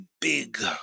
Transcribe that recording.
big